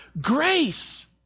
grace